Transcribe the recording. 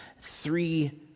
three